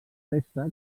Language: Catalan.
préstec